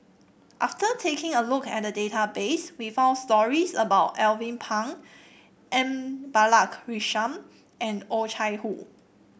after taking a look at the database we found stories about Alvin Pang M Balakrishnan and Oh Chai Hoo